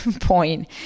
point